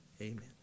Amen